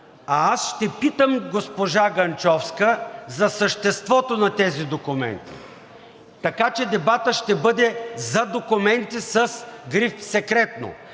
аз ще питам госпожа Генчовска за съществото на тези документи, така че дебатът ще бъде за документи с гриф „Секретно“.“